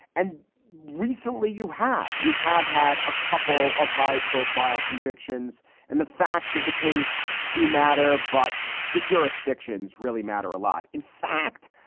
and recently you have you have had a couple of high profile convictions and the facts of the. race do matter. but the jurisdiction's really matter a lot. in fact,